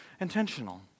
intentional